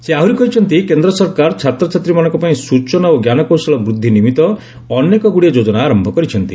ସେ ଆହୁରି କହିଛନ୍ତି କେନ୍ଦ୍ର ସରକାର ଛାତ୍ରଛାତ୍ରୀମାନଙ୍କ ପାଇଁ ସୂଚନା ଓ ଜ୍ଞାନକୌଶଳ ବୃଦ୍ଧି ନିମିତ୍ତ ଅନେକଗୁଡ଼ିଏ ଯୋଜନା ଆରମ୍ଭ କରିଛନ୍ତି